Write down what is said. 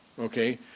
Okay